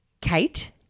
Kate